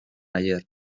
ayer